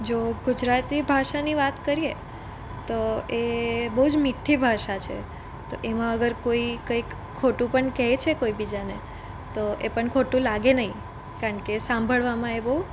જો ગુજરાતી ભાષાની વાત કરીએ તો એ બહુ જ મીઠી ભાષા છે તો એમાં અગર કોઈ કંઈક ખોટું પણ કહે છે કોઈબીજાને તો એ પણ ખોટું લાગે નહીં કારણ કે સાંભળવામાં એ બહુ